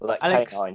Alex